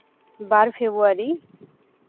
ᱵᱟᱨ February